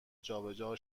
جابجا